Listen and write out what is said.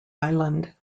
island